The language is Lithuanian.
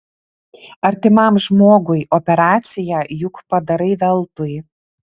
artimam žmogui operaciją juk padarai veltui